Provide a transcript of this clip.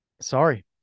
sorry